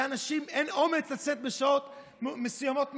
לאנשים אין אומץ לצאת בשעות מסוימות מהבית?